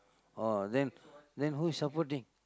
orh then then who is supporting